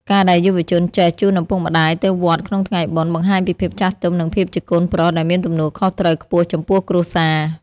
ការដែលយុវជនចេះ "ជូនឪពុកម្ដាយ" ទៅវត្តក្នុងថ្ងៃបុណ្យ បង្ហាញពីភាពចាស់ទុំ និងភាពជាកូនប្រុសដែលមានទំនួលខុសត្រូវខ្ពស់ចំពោះគ្រួសារ។